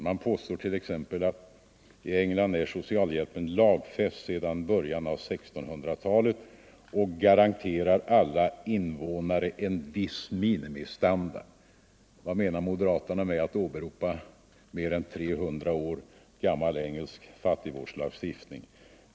Man påstår t.ex. att i England är socialhjälpen lagfäst sedan början av 1600-talet och ”garanterar alla invånare en viss minimistandard”. Vad menar moderaterna med att åberopa mer än 300 år gammal engelsk fattigvårdslagstiftning?